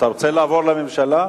אתה רוצה לעבור לממשלה?